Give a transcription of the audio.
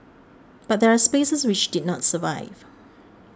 but there are spaces which did not survive